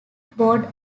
board